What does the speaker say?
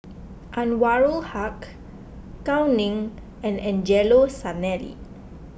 Anwarul Haque Gao Ning and Angelo Sanelli